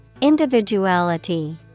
Individuality